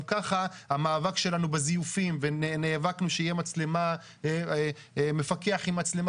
גם ככה המאבק שלנו בזיופים ונאבקנו שיהיה מפקח עם מצלמה